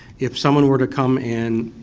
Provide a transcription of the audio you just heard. if someone were to come and